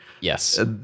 yes